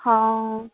ਹਾਂ